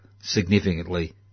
significantly